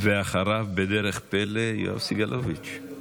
אחריו, בדרך פלא, יואב סגלוביץ'.